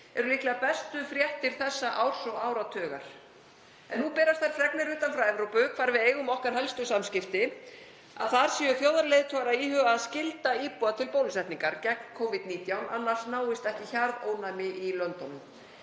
eru líklega bestu fréttir þessa árs og áratugar. Nú berast þær fregnir utan frá Evrópu, hvar við eigum okkar helstu samskipti, að þar séu þjóðarleiðtogar að íhuga að skylda íbúa til bólusetningar gegn Covid-19, annars náist ekki hjarðónæmi í löndunum.